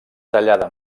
tallada